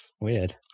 Weird